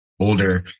Older